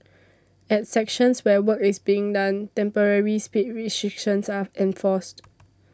at sections where work is being done temporary speed restrictions are enforced